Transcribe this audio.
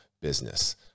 business